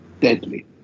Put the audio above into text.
deadly